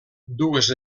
dues